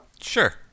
Sure